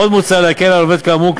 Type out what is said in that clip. עוד מוצע להקל על עובד כאמור,